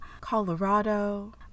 Colorado